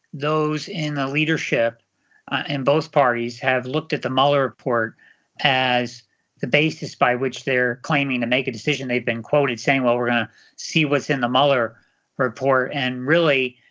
those in the leadership in both parties have looked at the mueller report as the basis by which they're claiming to make a decision. they've been quoted saying, well we're going to see what's in the mueller report. and really,